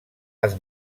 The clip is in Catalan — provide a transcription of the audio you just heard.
arts